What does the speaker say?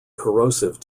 corrosive